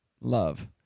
love